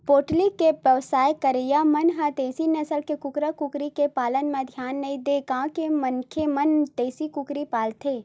poultry के बेवसाय करइया मन ह देसी नसल के कुकरा कुकरी के पालन म धियान नइ देय गांव के मनखे मन देसी कुकरी पालथे